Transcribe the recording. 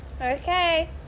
okay